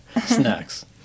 Snacks